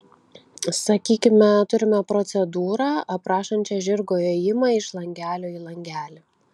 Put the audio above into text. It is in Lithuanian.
sakykime turime procedūrą aprašančią žirgo ėjimą iš langelio į langelį